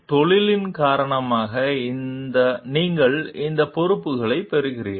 தொழிலின் காரணமாக நீங்கள் இந்த பொறுப்புகளைப் பெறுவீர்கள்